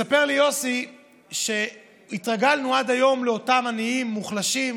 מספר לי יוסי שהתרגלנו עד היום לאותם עניים מוחלשים,